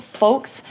folks